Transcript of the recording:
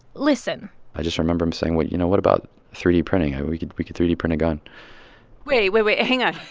listen i just remember him saying, well, you know, what about three d printing? we could we could three d print a gun wait. wait. wait. hang on.